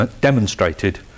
demonstrated